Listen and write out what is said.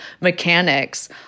mechanics